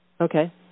okay